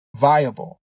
viable